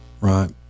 Right